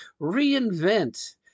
reinvent